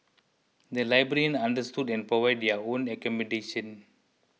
the librarians understood and provided their own accommodation